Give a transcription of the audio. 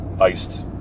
Iced